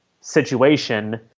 situation